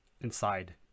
inside